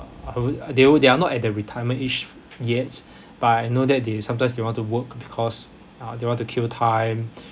you know they all they are not at the retirement age yet but I know that they sometimes they want to work because uh they want to kill time